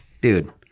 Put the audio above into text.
dude